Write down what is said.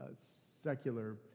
secular